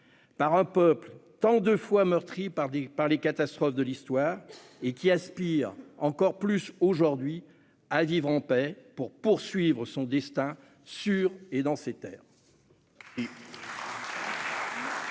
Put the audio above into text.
par un peuple tant de fois meurtri par les catastrophes de l'histoire et qui aspire- encore plus aujourd'hui - à vivre en paix pour poursuivre son destin sur et dans ses terres.